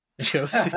Josie